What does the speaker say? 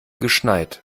geschneit